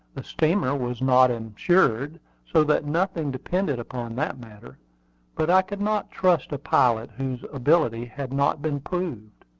the steamer was not insured, so that nothing depended upon that matter but i could not trust a pilot whose ability had not been proved.